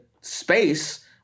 space